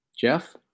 Jeff